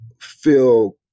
feel